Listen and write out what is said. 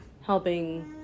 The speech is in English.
helping